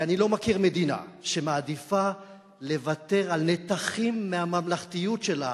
אני לא מכיר מדינה שמעדיפה לוותר על נתחים מהממלכתיות שלה